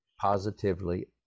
positively